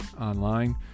online